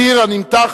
ציר הנמתח